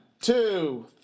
two